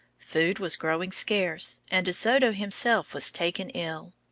food was growing scarce, and de soto himself was taken ill.